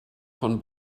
von